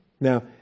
now